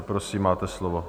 Prosím, máte slovo.